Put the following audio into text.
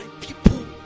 people